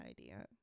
idea